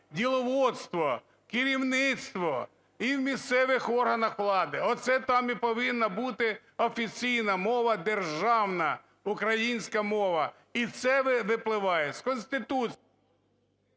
діловодство, керівництво і в місцевих органах влади. Оце там і повинна бути офіційна мова державна українська мова. І це випливає з… ГОЛОВУЮЧИЙ.